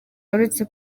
uretse